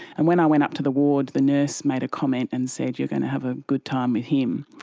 and when i went up to the ward, the nurse made a comment and said, you're going to have a good time with him.